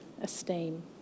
esteem